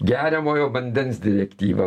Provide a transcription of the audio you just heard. geriamojo vandens direktyva